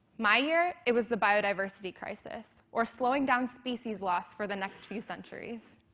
my year, it was the biodiversity crisis, or slowing down species loss for the next few centuries.